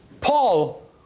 Paul